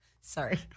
Sorry